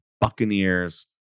Buccaneers